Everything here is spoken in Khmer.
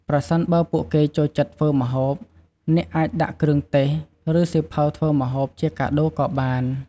ប្រសិនបើពួកគេចូលចិត្តធ្វើម្ហូប អ្នកអាចដាក់គ្រឿងទេស ឬសៀវភៅធ្វើម្ហូប ជាកាដូក៏បាន។